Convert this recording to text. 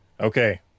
Okay